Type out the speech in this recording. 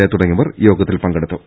A എന്നി വർ യോഗത്തിൽ പങ്കെടുത്തു